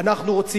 "אנחנו רוצים